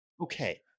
okay